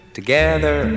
Together